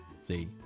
See